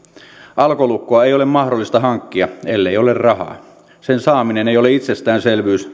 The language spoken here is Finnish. alkolukkoa ei ole mahdollista hankkia ellei ole rahaa sen saaminen ei ole itsestäänselvyys